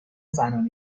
زنان